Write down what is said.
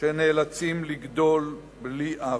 שנאלצים לגדול בלי אב.